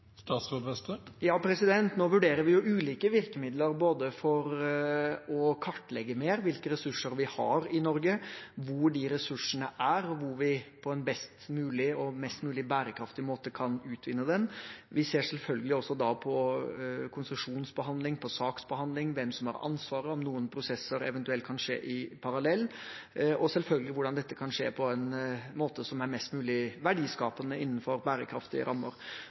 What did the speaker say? Norge, hvor de ressursene er, og hvor vi på en best mulig og mest mulig bærekraftig måte kan utvinne dem. Vi ser selvfølgelig også da på konsesjonsbehandling, på saksbehandling, hvem som har ansvaret, om noen prosesser eventuelt kan skje parallelt, og selvfølgelig hvordan dette kan skje på en måte som er mest mulig verdiskapende innenfor bærekraftige rammer.